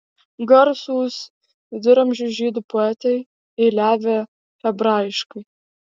garsūs viduramžių žydų poetai eiliavę hebrajiškai